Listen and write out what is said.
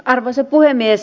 arvoisa puhemies